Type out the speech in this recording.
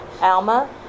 Alma